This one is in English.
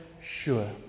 sure